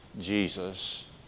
Jesus